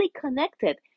connected